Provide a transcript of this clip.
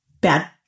bad